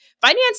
finance